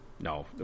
no